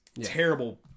Terrible